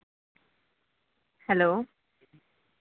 hello